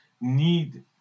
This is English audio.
need